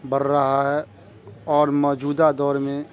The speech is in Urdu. بڑھ رہا ہے اور موجودہ دور میں